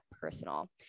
Personal